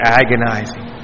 agonizing